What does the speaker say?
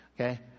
okay